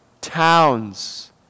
towns